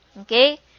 Okay